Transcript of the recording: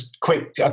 quick